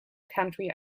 country